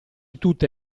tutte